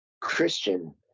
Christian